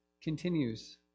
continues